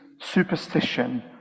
superstition